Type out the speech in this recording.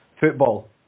football